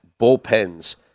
bullpens